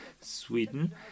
Sweden